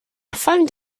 found